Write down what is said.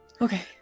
Okay